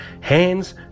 hands